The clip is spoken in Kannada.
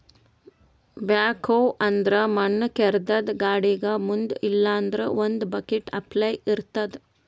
ಬ್ಯಾಕ್ಹೊ ಅಂದ್ರ ಮಣ್ಣ್ ಕೇದ್ರದ್ದ್ ಗಾಡಿಗ್ ಮುಂದ್ ಇಲ್ಲಂದ್ರ ಒಂದ್ ಬಕೆಟ್ ಅಪ್ಲೆ ಇರ್ತದ್